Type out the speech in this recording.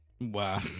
Wow